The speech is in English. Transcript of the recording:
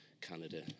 Canada